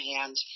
hand